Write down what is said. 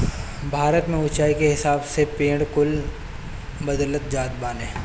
भारत में उच्चाई के हिसाब से पेड़ कुल बदलत जात बाने